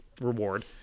reward